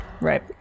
right